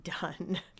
done